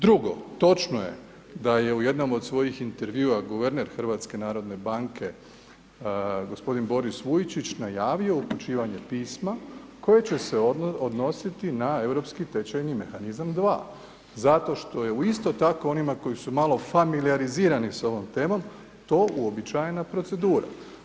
Drugo, točno je da je u jednom od svojih intervjua guverner HNB-a g. Boris Vujčić najavio upućivanje pisma koje će odnositi na europski tečajni mehanizam 2 zato što je isto tak onima koji su malo familijarizirani sa ovom temom, to uobičajen procedura.